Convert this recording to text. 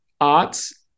arts